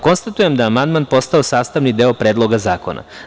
Konstatujem da je amandman postao sastavni deo Predloga zakona.